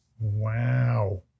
Wow